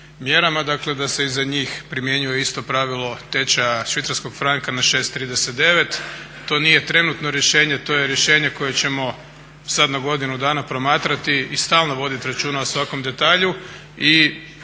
mjerama dakle da se i za njih primjenjuje isto pravilo tečaja švicarskog franka na 6,39. To nije trenutno rješenje, to je rješenje koje ćemo sada na godinu dana promatrati i stalno voditi računa o svakom detalju.